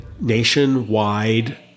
nationwide